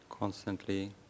Constantly